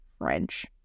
French